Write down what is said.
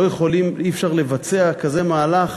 אי-אפשר לבצע מהלך